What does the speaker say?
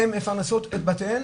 הן מפרנסות את בתיהן.